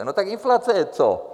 No tak, inflace je co?